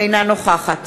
אינה נוכחת